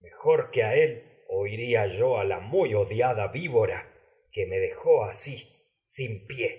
mejor que me y él oiría a la es muy odiada ví de decirlo vendrá bora dejó asi sin pie